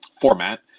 format